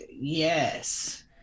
yes